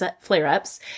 flare-ups